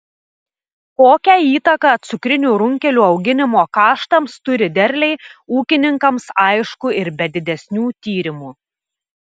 kokią įtaką cukrinių runkelių auginimo kaštams turi derliai ūkininkams aišku ir be didesnių tyrimų